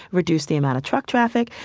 reduce the amount of truck traffic.